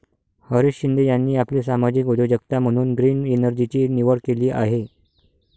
हरीश शिंदे यांनी आपली सामाजिक उद्योजकता म्हणून ग्रीन एनर्जीची निवड केली आहे